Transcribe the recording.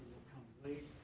will come late,